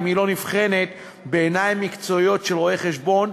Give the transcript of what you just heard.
אם היא לא נבחנת בעיניים מקצועיות של רואה-חשבון,